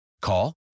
Call